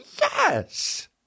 Yes